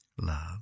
love